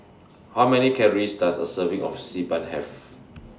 How Many Calories Does A Serving of Xi Ban Have